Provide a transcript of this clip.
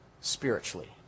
spiritually